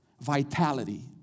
Vitality